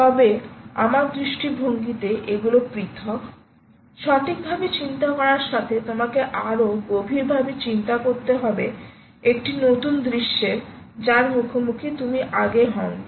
তবে আমার দৃষ্টিভঙ্গিতে এগুলি পৃথক সঠিকভাবে চিন্তা করার সাথে তোমাকে আরও গভীরভাবে চিন্তা করতে হবে একটি নতুন দৃশ্যের যার মুখোমুখি তুমি আগে হওনি